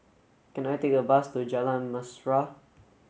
can I take a bus to Jalan Mesra